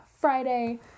Friday